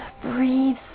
Breathe